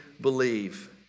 believe